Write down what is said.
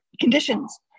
conditions